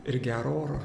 ir gero oro